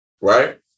right